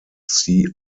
see